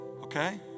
Okay